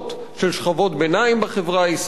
של שכבות ביניים בחברה הישראלית.